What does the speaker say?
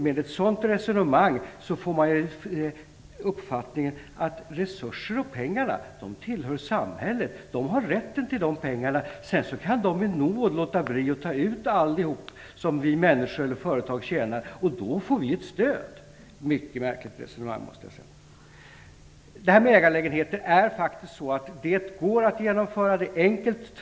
Med ett sådant resonemang får man uppfattningen att resurser och pengar tillhör samhället. Det är samhället som har rätten till pengarna, sedan kan det i nåd låta bli att ta ut allt som vi människor eller företag tjänar. Då får vi ett stöd. Mycket märkligt resonemang, måste jag säga. Förslaget om ägarlägenheterna går faktiskt att genomföra. Det är enkelt.